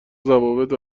ضوابط